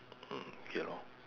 mm okay lor